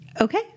Okay